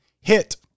Hit